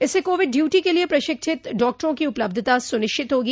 इससे covid duty के लिए प्रशिक्षित डॉक्टरों की उपलब्धता सुनिश्चित होगी